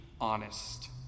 honest